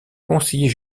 conseiller